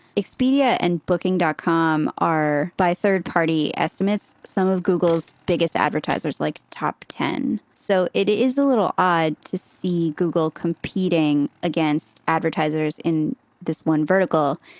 expedia and booking dotcom are, by third party estimates, some of google's biggest advertisers like top ten. so it is a little odd to see google competing against advertisers in this one vertical.